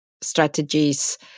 strategies